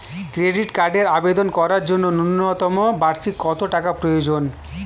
Credit কার্ডের আবেদন করার জন্য ন্যূনতম বার্ষিক কত টাকা প্রয়োজন?